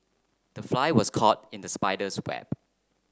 the fly was caught in the spider's web